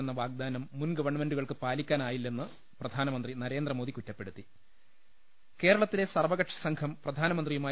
മെന്ന വാഗ്ദാനം മുൻഗവൺമെന്റുകൾക്ക് പാലിക്കാനാ യില്ലെന്ന് പ്രധാനമന്ത്രി നരേന്ദ്രമോദി കുറ്റപ്പെടുത്തി കേരളത്തിലെ സർവ്വകക്ഷിസംഘം പ്രധാനമന്ത്രിയുമായി